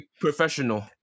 professional